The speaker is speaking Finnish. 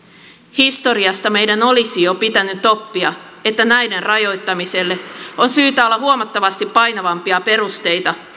historiasta meidän olisi pitänyt jo oppia että näiden rajoittamiselle on syytä olla huomattavasti painavampia perusteita